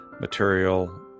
material